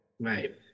Right